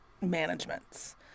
managements